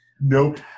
Nope